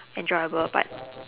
enjoyable but